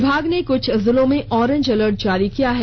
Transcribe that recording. विभाग ने कुछ जिलों ऑरेंज अलर्ट जारी किया है